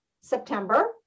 September